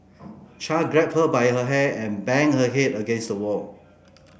Char grabbed her by her hair and banged her head against the wall